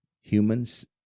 Humans